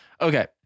Okay